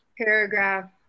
paragraph